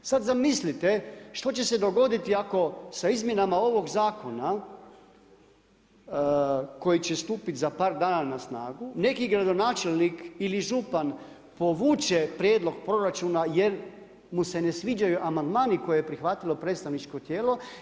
Sad zamislite, što će se dogoditi, ako sa izmjenama ovog zakona, koji će stupiti za par dana na snagu, neki gradonačelnik ili župan povuče prijedlog proračuna, jer mu se ne sviđaju amandmani koje je prihvatilo predstavničko tijelo.